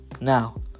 now